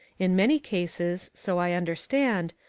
in many cases, so i understand,